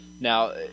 now